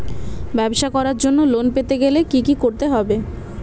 ব্যবসা করার জন্য লোন পেতে গেলে কি কি করতে হবে?